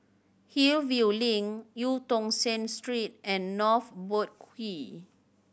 Hillview Link Eu Tong Sen Street and North Boat Quay